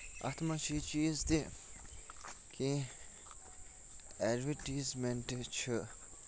اَتھ منٛز چھُ یہِ چیٖز تہِ کیٚنٛہہ ایڈوَٹیٖزمینٹ چھِ